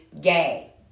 gay